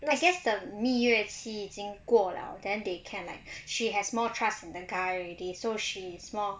I guess the 蜜月期已经过了 then they can like she has more trust in the guy already so she's more